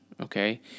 okay